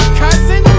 cousin